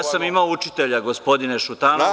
Ja sam imao učitelja, gospodine Šutanovac